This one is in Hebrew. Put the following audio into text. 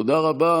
תודה רבה.